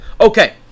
Okay